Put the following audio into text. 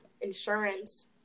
insurance